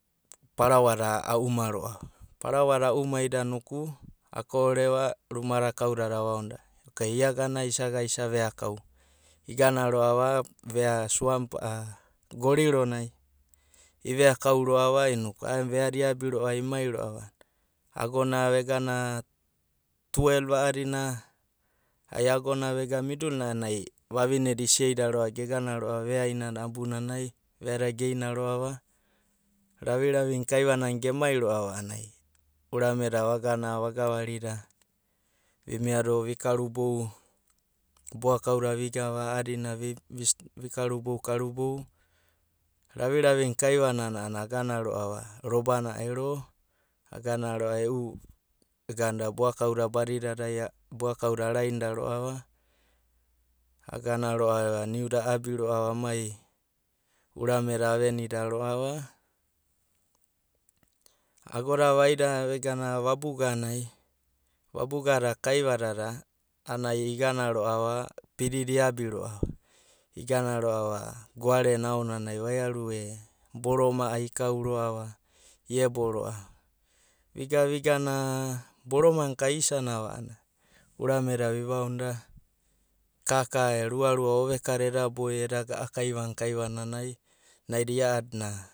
A’anana ai naida sibomai vina asi, kau babaga da asida bicos a’anana ai eu viusa da maka maka da, ai va’abia ai kauda boudadai kaiaro dadai vainu inu, vaka ku ani, a’ua’na, ada uda, bou dada kaiaroda dai vaku kani, va inu inu, a’ada da da eda na, da eda bisi, a’adada, geisaku anana, ai a’abia, ai nana ai erua, ai e’u agena ai erua, eu agona agona aonanai a’ada bouda a’dada, vugana no varu’au, ra’auna kapea isa ra’au, vega vega na, ai eabia va a’anamna, ai vegana isai ragea nai isa mia.